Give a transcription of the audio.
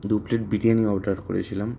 দু plate biryani order করেছিলাম